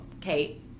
Kate